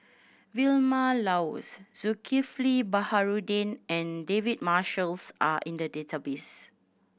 Vilma Laus Zulkifli Baharudin and David Marshalls are in the database